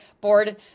board